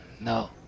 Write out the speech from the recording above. No